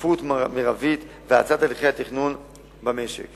שקיפות מרבית והאצת הליכי התכנון במשק.